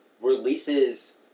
releases